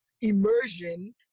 immersion